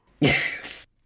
Yes